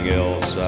else